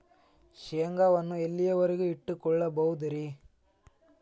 ಶೇಂಗಾವನ್ನು ಎಲ್ಲಿಯವರೆಗೂ ಇಟ್ಟು ಕೊಳ್ಳಬಹುದು ರೇ?